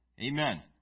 Amen